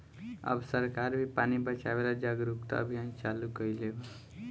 अब सरकार भी पानी बचावे ला जागरूकता अभियान चालू कईले बा